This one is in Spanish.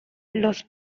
los